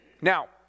Now